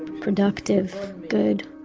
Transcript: productive, good,